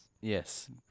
Yes